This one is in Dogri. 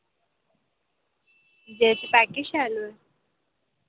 जेह्दे च पैकेज शैल होऐ